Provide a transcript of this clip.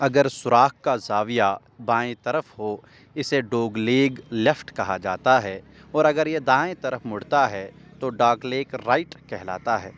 اگر سوراخ کا زاویہ بائیں طرف ہو اسے ڈوگلیگ لیفٹ کہا جاتا ہے اور اگر یہ دائیں طرف مڑتا ہے تو ڈاگلیگ رائٹ کہلاتا ہے